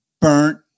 burnt